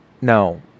No